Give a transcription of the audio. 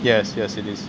yes yes it is